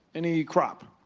any crop,